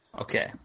Okay